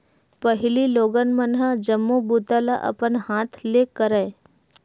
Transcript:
पहिली लोगन मन ह जम्मो बूता ल अपन हाथ ले करय